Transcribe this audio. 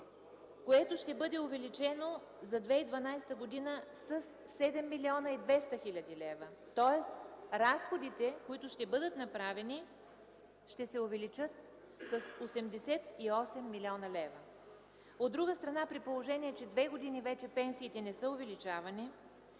което ще бъде увеличено за 2012 г. със 7 млн. 200 хил. лв. Тоест разходите, които ще бъдат направени, ще се увеличат с 88 млн. лв. От друга страна, при положение че вече две години пенсиите не са увеличавани,